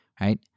right